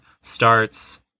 starts